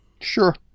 Sure